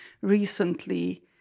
recently